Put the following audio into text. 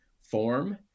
form